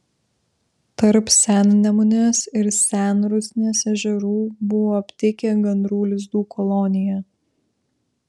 tarp sennemunės ir senrusnės ežerų buvo aptikę gandrų lizdų koloniją